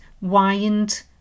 wind